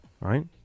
Right